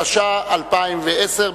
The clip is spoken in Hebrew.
התש"ע 2010,